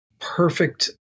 perfect